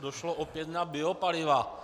Došlo opět na biopaliva.